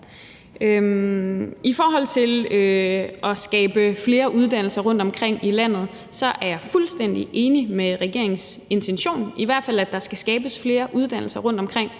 I forhold til at skabe flere uddannelser rundtomkring i landet er jeg fuldstændig enig i regeringens intention, i hvert fald i forhold til at der skal skabes flere uddannelser rundtomkring.